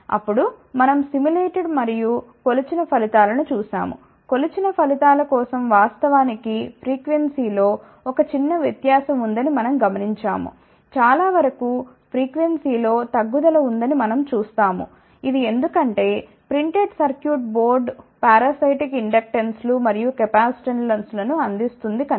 అప్పుడు మనం సిములేటెడ్ మరియు కొలిచిన ఫలితాలను చూశాము కొలిచిన ఫలితాల కోసం వాస్తవానికి ఫ్రీక్వెన్సీ లో ఒక చిన్న వ్యత్యాసం ఉందని మనం గమనించాము చాలావరకు ఫ్రీక్వెన్సీ లో తగ్గుదల ఉందని మనం చూస్తాము ఇది ఎందుకంటే ప్రింటెడ్ సర్క్యూట్ బోర్డ్ పారాసైటిక్ ఇండక్టెన్స్లు మరియు కెపాసిటెన్స్లను అందిస్తుంది కనుక